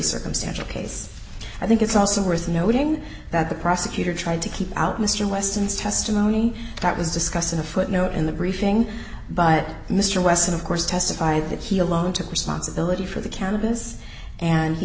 circumstantial case i think it's also worth noting that the prosecutor tried to keep out mr weston's testimony that was discussed in a footnote in the briefing but mr weston of course testified that he alone took responsibility for the cannabis and he